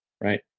Right